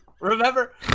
Remember